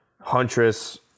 Huntress